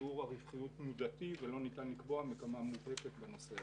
שיעור הרווחיות תנודתי ולא ניתן לקבוע מגמה מובהקת בנושא הזה.